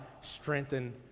strengthen